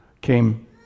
came